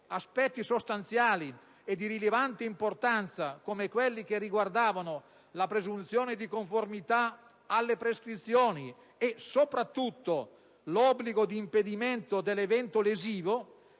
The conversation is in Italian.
aspetti sostanziali e di rilevante importanza, come quelli che riguardavano la presunzione di conformità alle prescrizioni e soprattutto l'obbligo di impedimento dell'evento lesivo